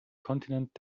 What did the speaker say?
kontinent